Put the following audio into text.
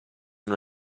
una